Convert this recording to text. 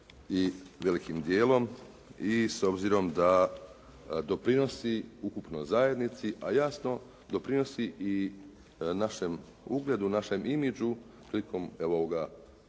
i velikim dijelom i s obzirom da doprinosi ukupno zajednici, a jasno doprinosi i našem ugledu, našem imidžu prilikom, evo